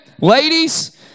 ladies